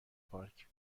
پارک